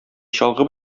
чалгы